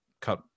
cut